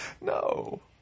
no